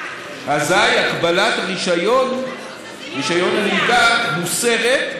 אזי הגבלת רישיון הנהיגה מוסרת,